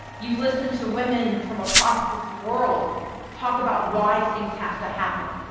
you've listened to women from across this world talk about why things have to happen.